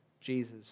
Jesus